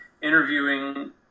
interviewing